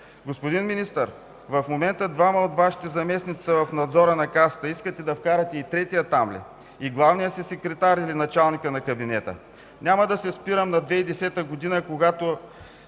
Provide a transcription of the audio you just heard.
Господин Министър, в момента двама от Вашите заместници са в Надзора на Касата. Искате да вкарате и третия там ли? И главния си секретар или началника на кабинета? Няма да се спирам на 2010 г., когато